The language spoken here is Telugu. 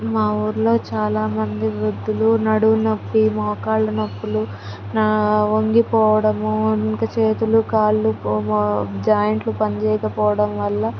మా ఊర్లో చాలామంది వృద్ధులు నడుము నొప్పి మోకాళ్ళ నొప్పులు వంగిపోవడము ఇంక చేతులు కాళ్ళు జాయింట్లు పని చేయకపోవడం వల్ల